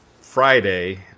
Friday